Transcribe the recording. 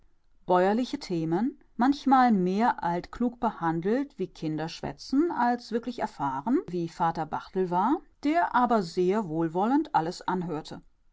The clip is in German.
bäuerliche themen manchmal mehr altklug behandelt wie kinder schwätzen als wirklich erfahren wie vater barthel war der aber sehr wohlwollend alles anhörte